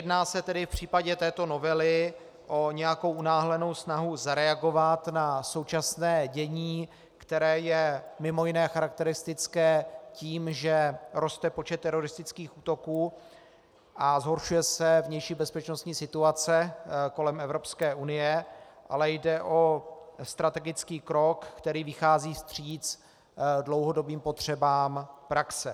Nejedná se tedy v případě této novely o nějakou unáhlenou snahu zareagovat na současné dění, které je mimo jiné charakteristické tím, že roste počet teroristických útoků a zhoršuje se vnější bezpečnostní situace kolem Evropské unie, ale jde o strategický krok, který vychází vstříc dlouhodobým potřebám praxe.